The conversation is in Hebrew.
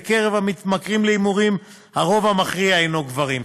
בקרב המתמכרים להימורים הרוב המכריע הנו גברים.